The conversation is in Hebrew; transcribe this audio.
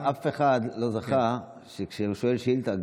אבל אף אחד לא זכה שכשהוא שואל שאילתה,